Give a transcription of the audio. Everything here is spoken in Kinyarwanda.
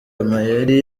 amayeri